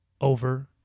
over